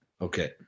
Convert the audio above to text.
okay